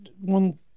one